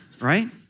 right